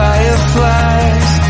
Fireflies